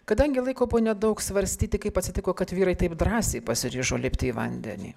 kadangi laiko po nedaug svarstyti kaip atsitiko kad vyrai taip drąsiai pasiryžo lipti į vandenį